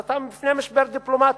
אז אתה בפני משבר דיפלומטי.